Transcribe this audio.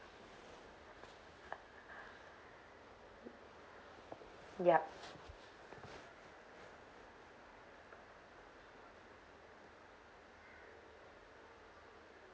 yup